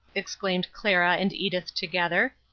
exclaimed clara and edith together.